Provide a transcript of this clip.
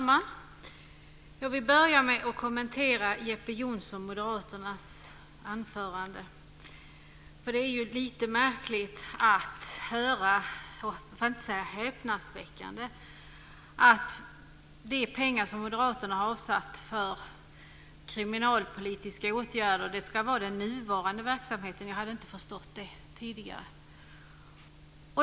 Fru talman! Jag vill börja med att kommentera Jeppe Johnssons och Moderaternas anförande. Det är lite märkligt, för att inte säga häpnadsväckande, att höra att de pengar som Moderaterna har avsatt för kriminalpolitiska åtgärder ska avse den nuvarande verksamheten. Jag hade inte förstått det tidigare.